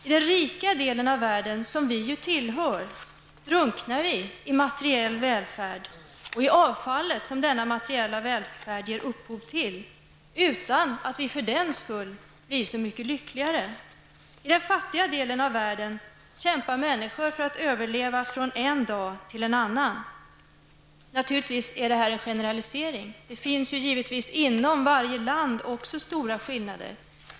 I den rika delen av världen, som ju vi tillhör, drunknar vi i materiell välfärd och i avfallet som denna materiella välfärd ger upphov till utan att vi för den skull blir så mycket lyckligare. I den fattiga delen av världen kämpar människor för att överleva från en dag till en annan. Naturligtvis är det här en generalisering. Det finns givetvis också inom varje land stora skillnader.